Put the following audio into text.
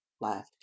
laughed